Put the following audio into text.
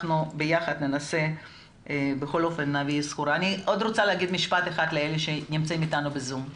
אני רוצה לומר עוד משפט אחד לאלה שנמצאים אתנו ב-זום.